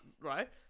right